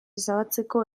ezabatzeko